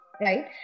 Right